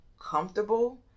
comfortable